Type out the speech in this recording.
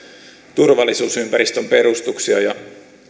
turvallisuusympäristön perustuksia ja